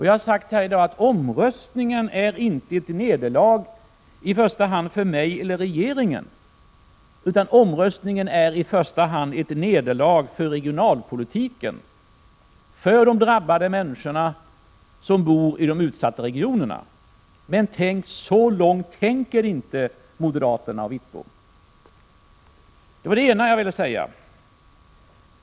Jag har sagt i dag att omröstningen är inte ett nederlag i första hand för mig eller regeringen, utan omröstningen är i första hand ett nederlag för regionalpolitiken, för de drabbade människorna som bor i de utsatta regionerna. Men så långt tänker inte moderaterna och Wittbom. Det var det ena jag ville säga.